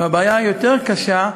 הבעיה היותר-קשה,